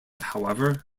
however